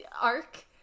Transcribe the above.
ARC